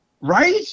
Right